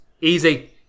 Easy